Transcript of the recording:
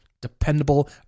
Dependable